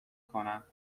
کنم